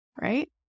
right